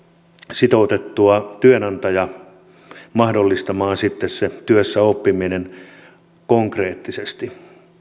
sitouttaa työnantaja mahdollistamaan sitten se työssäoppiminen konkreettisesti